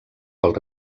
pel